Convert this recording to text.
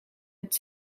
het